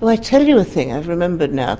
like tell you a thing, i've remembered now